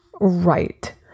right